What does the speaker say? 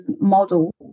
model